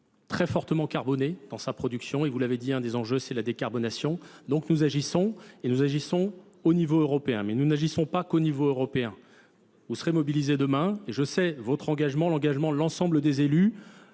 très fortement carbonée dans sa production. Et vous l'avez dit, un des enjeux c'est la décarbonation. Donc nous agissons et nous agissons au niveau européen. Mais nous n'agissons pas qu'au niveau européen. Vous serez mobilisés demain, et je sais votre engagement, l'engagement de l'ensemble des élus,